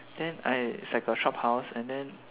then I it's was like a shop house